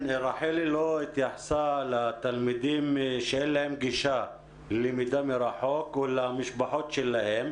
רחלי לא התייחסה לתלמידים שאין להם גישה ללמידה מרחוק או למשפחות שלהם,